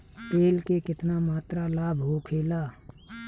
तेल के केतना मात्रा लाभ होखेला?